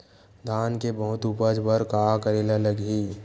धान के बहुत उपज बर का करेला लगही?